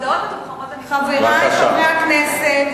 חברי חברי הכנסת,